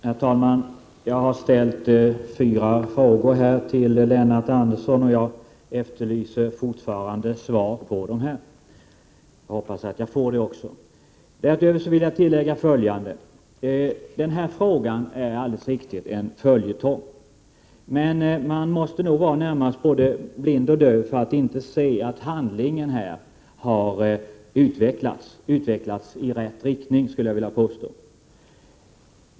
Herr talman! Jag har ställt fyra frågor till Lennart Andersson, och jag efterlyser fortfarande svar och hoppas få det också. Jag vill tillägga följande. Den här frågan är helt riktigt en följetong, men man måste nog vara närmast både blind och döv för att inte se att det hela har utvecklats — i rätt riktning skulle jag vilja påstå.